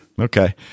Okay